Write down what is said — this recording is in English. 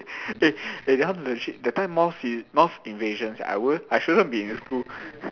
eh eh that one legit that time moth moth invasion sia I won't I shouldn't be in school